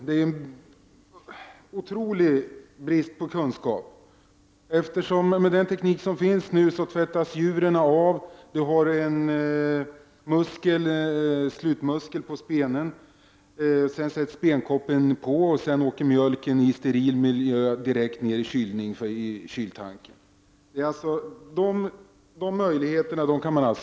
Det är otrolig brist på kunskap. Med den teknik som nu finns tvättas juvren av. Spenen har en slutmuskel. Sedan sätts spenkoppen på, och mjölken rinner ner i steril miljö direkt i kyltanken. Man kan alltså helt bortse från möjligheterna till kontaminering.